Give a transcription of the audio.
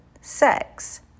sex